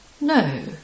No